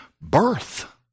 birth